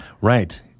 Right